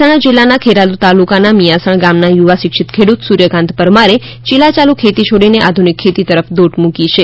મહેસાણા જિલ્લાના ખેરાલુ તાલુકાના મીયાંસણ ગામના યુવા શિક્ષિત ખેડૂત સૂર્યકાન્ત પરમારે ચીલાચાલુ ખેતી છોડીને આધુનિક ખેતી તરફ દોટ મુકી છ